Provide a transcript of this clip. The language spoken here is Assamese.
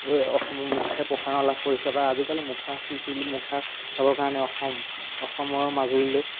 অসম মুখাই প্ৰসাৰতা লাভ কৰিছে বা আজিকালি মুখা মুখা চাবৰ কাৰণে অসম অসমৰ মাজুলীলৈ